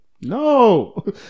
no